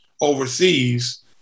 overseas